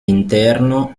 interno